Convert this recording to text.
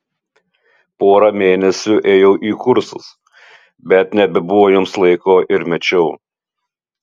porą mėnesių ėjau į kursus bet nebebuvo jiems laiko ir mečiau